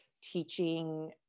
teaching